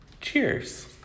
cheers